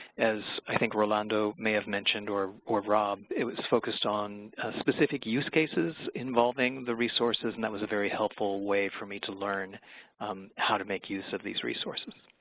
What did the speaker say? as i think rolando may have mentioned, or or rob, it was focused on specific use cases involving the resources and that was a very helpful way for me to learn how to make use of these resources.